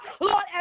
lord